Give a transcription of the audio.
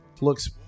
looks